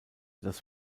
das